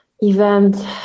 event